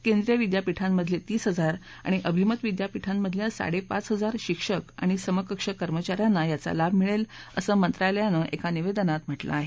केंद्रीय विद्यापीठांमधले तीस हजार आणि अभिमत विद्यापीठांमधल्या साडे पाच हजार शिक्षक आणि समकक्ष कर्मचा यांना याचा लाभ मिळेल असं मंत्रालयानं एका निवेदनात म्हटलं आहे